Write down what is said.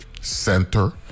Center